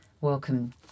Welcome